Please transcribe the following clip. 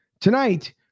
tonight